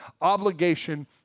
obligation